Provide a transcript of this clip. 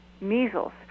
measles